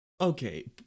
Okay